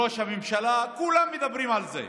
ראש הממשלה, כולם מדברים על זה.